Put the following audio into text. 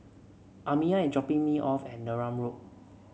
Amiya is dropping me off at Neram Road